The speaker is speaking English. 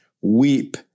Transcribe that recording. weep